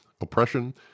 oppression